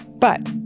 but,